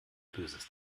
böses